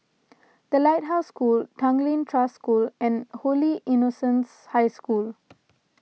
the Lighthouse School Tanglin Trust School and Holy Innocents' High School